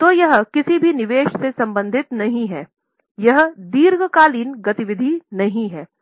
तो यह किसी भी निवेश से संबंधित नहीं है यह दीर्घकालिक गति विधि नहीं है